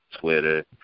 Twitter